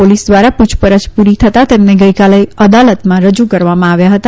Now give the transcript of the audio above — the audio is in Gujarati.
પોલીસ દ્વારા પૂછપરછ પૂરી થતા તેમને ગઈકાલે અદાલતમાં રજૂ કરવામાં આવ્યા હતા